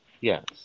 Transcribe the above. Yes